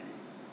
oh